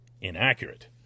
inaccurate